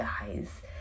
guys